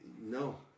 No